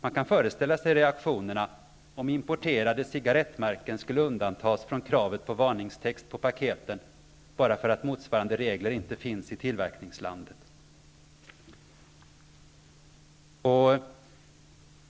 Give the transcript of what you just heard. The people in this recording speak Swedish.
Man kan föreställa sig reaktionerna om importerade cigarettmärken skulle undantas från kravet på varningstext på paketen, bara för att motsvarande regler inte finns i tillverkningslandet.